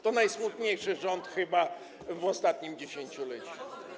To najsmutniejszy rząd chyba w ostatnim dziesięcioleciu.